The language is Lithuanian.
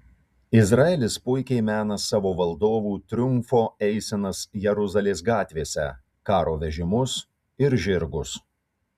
izraelis puikiai mena savo valdovų triumfo eisenas jeruzalės gatvėse karo vežimus ir žirgus